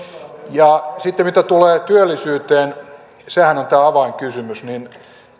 ja sitten mitä tulee työllisyyteen sehän on tämä avainkysymys niin